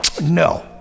No